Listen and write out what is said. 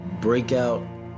breakout